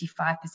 55%